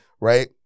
right